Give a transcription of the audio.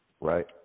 right